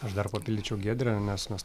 aš dar papildyčiau giedrę nes nes